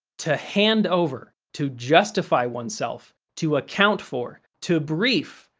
to hand over, to justify oneself, to account for, to brief,